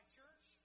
church